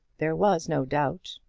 there was no doubt.